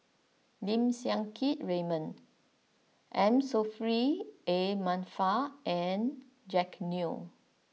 Lim Siang Keat Raymond M Saffri A Manaf and Jack Neo